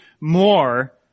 more